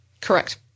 Correct